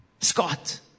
Scott